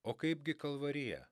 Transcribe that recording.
o kaipgi kalvarija